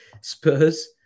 Spurs